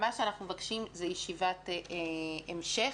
מה שאנחנו מבקשים זה ישיבת המשך